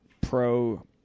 pro